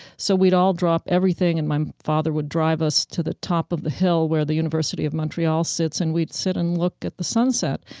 so we'd all drop everything and my father would drive us to the top of the hill where the university of montreal sits and we'd sit and look at the sunset.